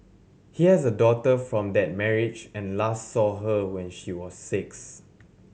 he has a daughter from that marriage and last saw her when she was six